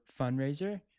fundraiser